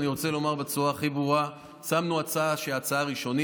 אני רוצה לומר בצורה הכי ברורה: שמנו הצעה שהיא הצעה ראשונית.